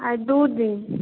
आइ दू दिन